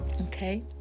Okay